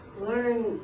learn